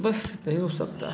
बस यही हो सकता है